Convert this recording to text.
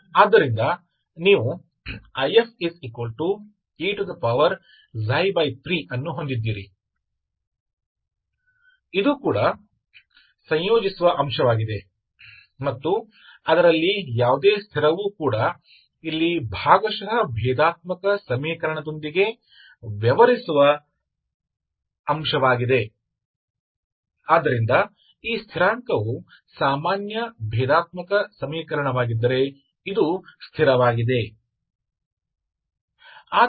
तो मान लिया कि यह पहले क्रम की तरह दिखता है साधारण डिफरेंशियल समीकरण रैखिक ODE पहला आदेश रैखिक ODE IF e 13d ठीक है तो यह मेरा एकीकृत कारक है